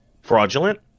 Fraudulent